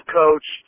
coach